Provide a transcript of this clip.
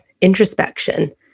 introspection